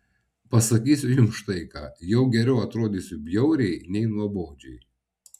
pasakysiu jums štai ką jau geriau atrodysiu bjauriai nei nuobodžiai